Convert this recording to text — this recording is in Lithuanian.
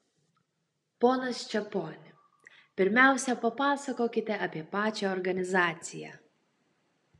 ponas čeponi pirmiausia papasakokite apie pačią organizaciją